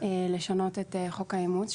לשנות את חוק האימוץ,